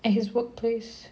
at his workplace